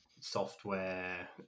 software